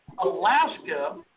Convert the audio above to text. Alaska